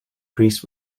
priest